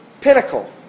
pinnacle